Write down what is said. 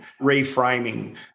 reframing